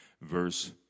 verse